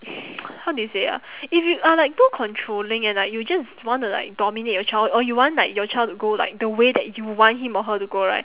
how do you say ah if you are like too controlling and like you just want to like dominate your child or you want like your child to go like the way that you want him or her to go right